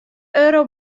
euro